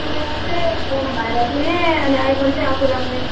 बनाएर चाहिँ फोन भाइलाई दिने अनि आइफोन आफू राख्ने